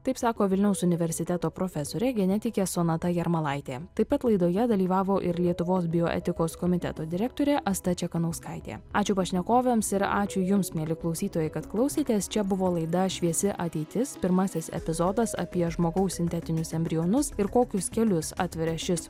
taip sako vilniaus universiteto profesorė genetikė sonata jarmalaitė taip pat laidoje dalyvavo ir lietuvos bioetikos komiteto direktorė asta čekanauskaitė ačiū pašnekovėms ir ačiū jums mieli klausytojai kad klausėtės čia buvo laidą šviesi ateitis pirmasis epizodas apie žmogaus sintetinius embrionus ir kokius kelius atveria šis